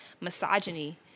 misogyny